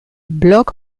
blog